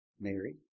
Mary